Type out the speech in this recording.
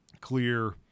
clear